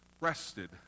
rested